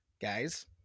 guys